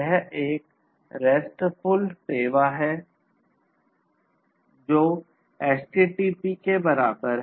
यह एक RESTful सेवा है जो HTTP के बराबर है